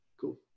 cool